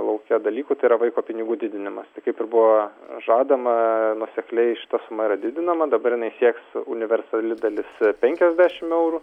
lauke dalykų tai yra vaiko pinigų didinimas tai kaip ir buvo žadama nuosekliai šita suma yra didinama dabar jinai sieks universali dalis penkiasdešim eurų